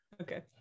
Okay